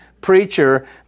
preacher